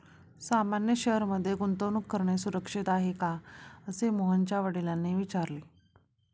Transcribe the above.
सामान्य शेअर मध्ये गुंतवणूक करणे सुरक्षित आहे का, असे मोहनच्या वडिलांनी विचारले